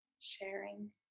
sharing